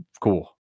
cool